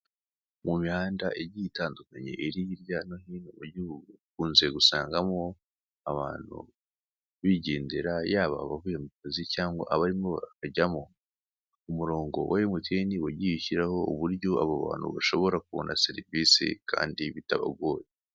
Mu mihanda igiye itandukanye iri hirya no hino mu gihugu, ukunze gusangamo abantu bigendera yaba abavuye mu kazi cyangwa abarimo barakajyamo. Umurongo wa Emutiyene wagiye ushyira uburyo abo bantu bashobora kubona serivise kandi bitabagoye.